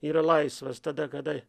yra laisvas tada kada